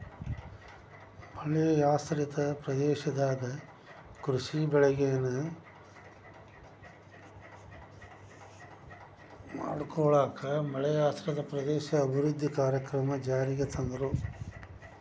ಮಳೆಯಾಶ್ರಿತ ಪ್ರದೇಶದಾಗ ಕೃಷಿ ಬೆಳವಣಿಗೆನ ಖಾತ್ರಿ ಮಾಡ್ಕೊಳ್ಳಾಕ ಮಳೆಯಾಶ್ರಿತ ಪ್ರದೇಶ ಅಭಿವೃದ್ಧಿ ಕಾರ್ಯಕ್ರಮ ಜಾರಿಗೆ ತಂದ್ರು